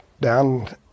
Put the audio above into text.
down